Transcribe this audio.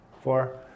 Four